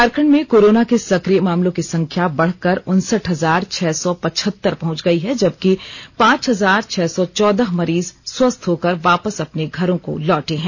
झारखंड में कोरोना के सकिय मामलों की संख्या बढ़कर उनसठ हजार छह सौ पच्छहतर पहुंच गई है जबकि पांच हजार छह सौ चौदह मरीज स्वस्थ होकर वापस अपने घरों को लौटे हैं